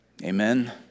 amen